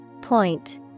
Point